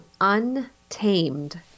Untamed